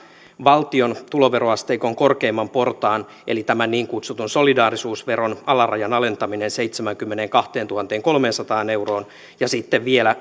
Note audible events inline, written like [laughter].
valtion tuloveroasteikon korkeimman portaan eli tämän niin kutsutun solidaarisuusveron alarajan alentaminen seitsemäänkymmeneenkahteentuhanteenkolmeensataan euroon ja sitten vielä [unintelligible]